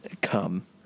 come